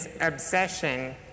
obsession